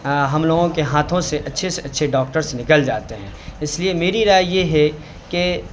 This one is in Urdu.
ہم لوگوں کے ہاتھوں سے اچھے سے اچھے ڈاکٹرس نکل جاتے ہیں اس لیے میری رائے یہ ہے کہ